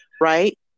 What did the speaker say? right